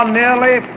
nearly